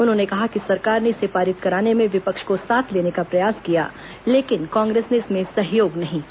उन्होंने कहा कि सरकार ने इसे पारित कराने में विपक्ष को साथ लेने का प्रयास किया लेकिन कांग्रेस ने इसमें सहयोग नहीं किया